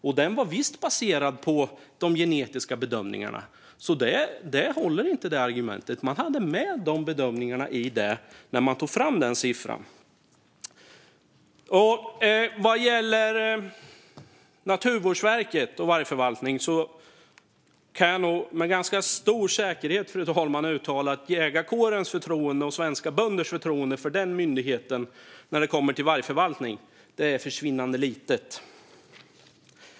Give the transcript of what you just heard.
Och den var visst baserad på de genetiska bedömningarna, så det argumentet håller inte. Man hade med de bedömningarna när man tog fram den siffran. Vad gäller Naturvårdsverket och vargförvaltning kan jag nog med ganska stor säkerhet, fru talman, uttala att jägarkårens och svenska bönders förtroende för den myndigheten när det kommer till vargförvaltning är försvinnande litet.